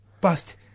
bust